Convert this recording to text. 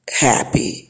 happy